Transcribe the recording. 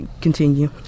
continue